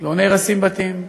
לא נהרסים בתים.